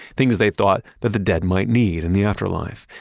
things they thought that the dead might need in the afterlife,